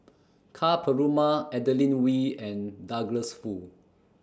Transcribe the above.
Ka Perumal Adeline Ooi and Douglas Foo